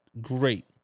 great